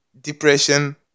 depression